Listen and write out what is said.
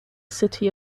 city